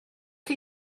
chi